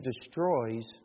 destroys